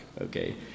okay